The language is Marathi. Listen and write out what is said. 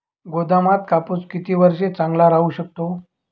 गोदामात कापूस किती वर्ष चांगला राहू शकतो?